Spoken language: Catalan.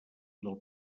del